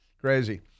Crazy